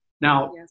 Now